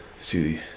see